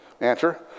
answer